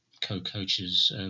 co-coaches